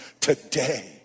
today